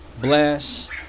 bless